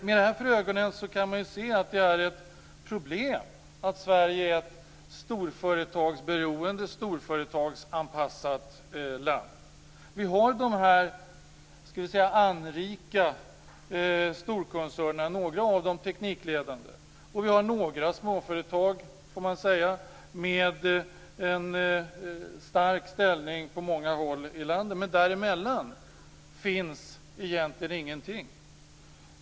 Med det här för ögonen kan man ju se att det är ett problem att Sverige är ett storföretagsberoende, storföretagsanpassat land. Vi har de här, skall vi säga, anrika storkoncernerna, några av dem teknikledande. Och vi har några småföretag, får man säga, med en stark ställning på många håll i landet. Men däremellan finns egentligen ingenting.